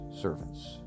servants